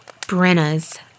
Brenna's